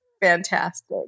fantastic